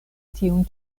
tiun